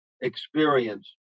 experience